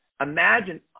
imagine